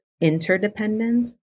interdependence